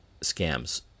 scams